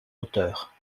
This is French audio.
auteurs